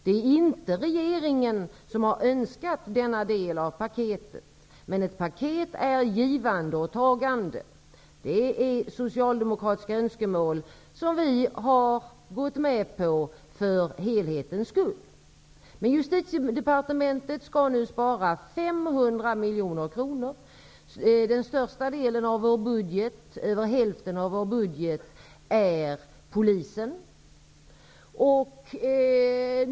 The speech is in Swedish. Det är inte regeringen som ha önskat denna del av paketet. Men ett paket innebär givande och tagande. Detta är socialdemokratiska önskemål som regeringen har gått med på för helhetens skull. Justitiedepartementet skall nu spara 500 miljoner kronor. Den största delen av vår budget, över hälften, går till polisen.